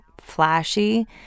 flashy